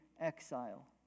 exile